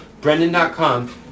brendan.com